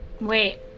Wait